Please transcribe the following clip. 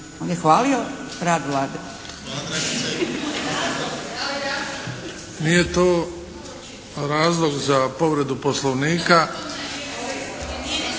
On je hvalio rad Vlade.